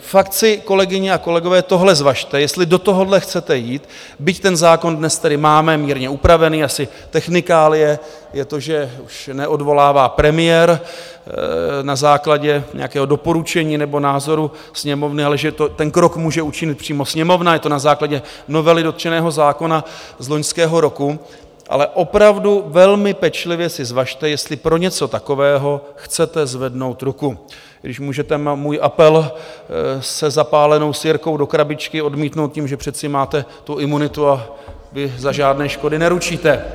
Fakt si, kolegyně a kolegové, tohle zvažte, jestli do tohohle chcete jít, byť ten zákon dnes tedy máme mírně upravený, asi technikálie je to, že už neodvolává premiér na základě nějakého doporučení nebo názoru Sněmovny, ale že ten krok může učinit přímo Sněmovna, je to na základě novely dotčeného zákona z loňského roku, ale opravdu velmi pečlivě si zvažte, jestli pro něco takového chcete zvednout ruku, i když můžete můj apel se zapálenou sirkou do krabičky odmítnout tím, že přece máte imunitu a vy za žádné škody neručíte.